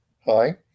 Hi